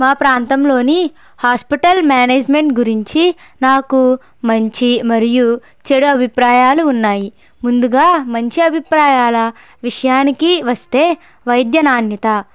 మా ప్రాంతంలోని hospital management గురించి నాకు మంచి మరియు చెడు అభిప్రాయాలు ఉన్నాయి ముందుగా మంచబిప్రాయాల విషయానికి వస్తే వైద్య నాణ్యత